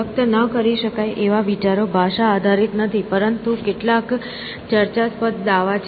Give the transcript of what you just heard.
વ્યક્ત ના કરી શકાય તેવા વિચારો ભાષા આધારિત નથી તે કેટલાક વધુ ચર્ચાસ્પદ દાવા છે